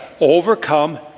overcome